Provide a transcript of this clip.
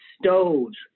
stoves